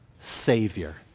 Savior